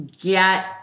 get